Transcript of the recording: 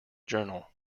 journal